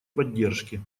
поддержки